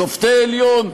שופטי עליון,